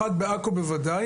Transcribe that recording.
אחת בעכו בוודאי,